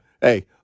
hey